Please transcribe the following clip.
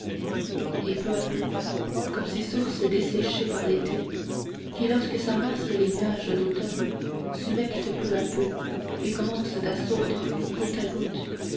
et peu à peu comme ces sources desséchées par l'été qui lorsque s'amassent les nuages d'automne s'humectent peu à peu et commencent à sourdre goutte à goutte